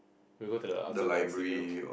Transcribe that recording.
we go to the outside the art studio